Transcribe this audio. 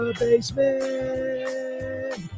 basement